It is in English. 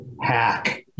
hack